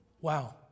Wow